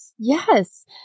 Yes